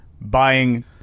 Buying